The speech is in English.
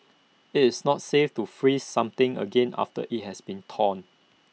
IT is not safe to freeze something again after IT has been thawed